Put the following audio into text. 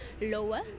lower